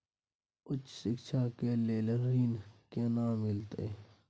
उच्च शिक्षा के लेल ऋण केना मिलते?